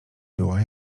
była